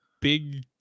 big